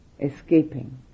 escaping